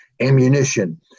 ammunition